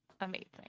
Amazing